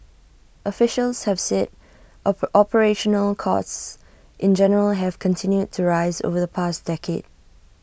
officials have said ope operational costs in general have continued to rise over the past decade